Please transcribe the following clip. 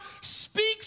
speaks